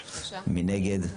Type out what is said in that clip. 3. מי נגד?